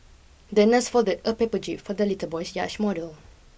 the nurse folded a paper jib for the little boy's yacht model